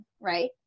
Right